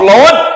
Lord